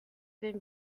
been